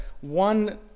one